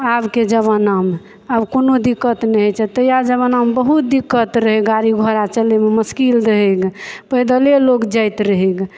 आब के ज़माना मे आब कोनो दिक्कत नहि होइ छै तहिया के ज़माना मे बहुत दिक्कत रहै गाड़ी घोड़ा चलैमे मुश्किल रहै ग पैदले लोक जाइत रहै ग